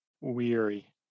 weary